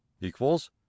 equals